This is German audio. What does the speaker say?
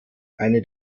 eine